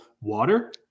water